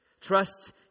Trust